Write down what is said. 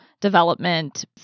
development